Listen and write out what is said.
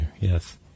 yes